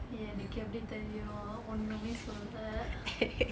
எனக்கு எப்படி தெரியும் ஒண்ணுமே சொல்லலே:enakku eppadi theriyum onnume sollalae